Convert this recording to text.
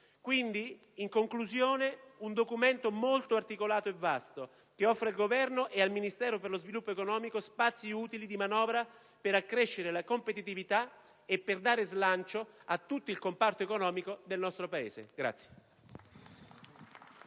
Quindi, in conclusione, si tratta di un documento molto articolato e vasto che offre al Governo e al Ministero per lo sviluppo economico spazi utili di manovra per accrescere la competitività e per dare slancio a tutto il comparto economico del nostro Paese.